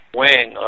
wing